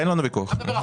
ויכוח.